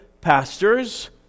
pastors